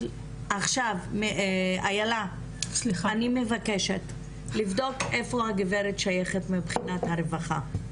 אני מבקשת לבדוק לאן הגברת שייכת מבחינת הרווחה,